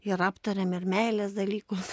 ir aptariam ir meilės dalykus